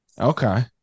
okay